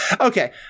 Okay